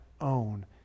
own